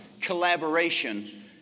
collaboration